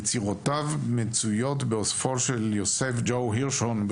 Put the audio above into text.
יצירותיו מצויות באוספו של יוסף ג'ו הירשון,